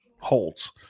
holds